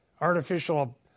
artificial